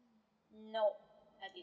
no I did